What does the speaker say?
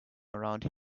around